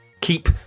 keep